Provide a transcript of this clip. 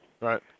right